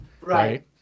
Right